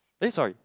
eh sorry